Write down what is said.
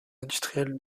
industrielle